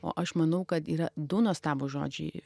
o aš manau kad yra du nuostabūs žodžiai